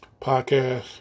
Podcast